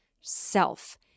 self